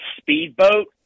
speedboat